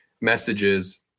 messages